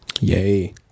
Yay